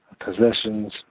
possessions